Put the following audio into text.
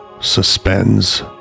suspends